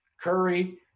Curry